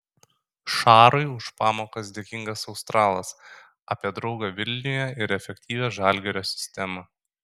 šarui už pamokas dėkingas australas apie draugą vilniuje ir efektyvią žalgirio sistemą